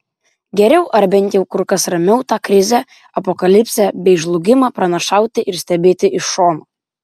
geriau ar bent jau kur kas ramiau tą krizę apokalipsę bei žlugimą pranašauti ir stebėti iš šono